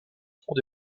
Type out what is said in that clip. fond